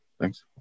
Thanks